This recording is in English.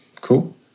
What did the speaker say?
cool